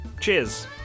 Cheers